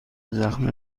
زخم